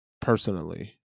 personally